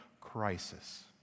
crisis